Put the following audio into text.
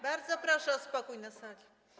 Bardzo proszę o spokój na sali.